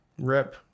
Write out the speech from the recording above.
Rip